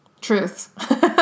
Truth